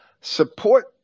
support